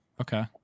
Okay